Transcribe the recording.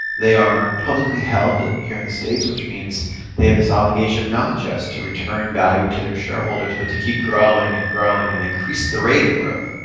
they are publicly held here in the states, which means they have this obligation not just to return value to their shareholders but to keep growing and growing and increase the rate of growth,